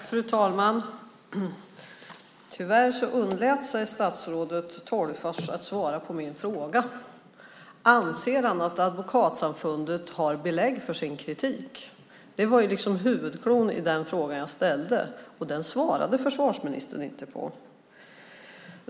Fru talman! Tyvärr underlät statsrådet Tolgfors att svara på min fråga om han anser att Advokatsamfundet har belägg för sin kritik. Det var kärnan i den fråga jag ställde, och det svarade försvarsministern inte på.